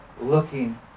looking